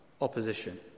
opposition